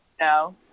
no